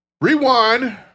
Rewind